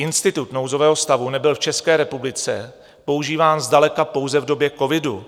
Institut nouzového stavu nebyl v České republice používán zdaleka pouze v době covidu.